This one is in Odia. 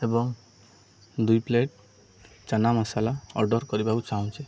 ଏବଂ ଦୁଇ ପ୍ଲେଟ୍ ଚଣା ମସଲା ଅର୍ଡ଼ର୍ କରିବାକୁ ଚାହୁଁଛି